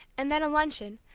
and then a luncheon,